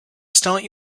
start